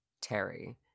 Terry